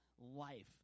life